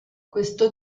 questo